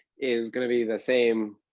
is going to be the same